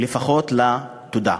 או לפחות לתודה.